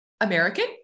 American